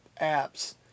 apps